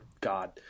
God